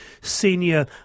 senior